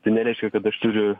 tai nereiškia kad aš turiu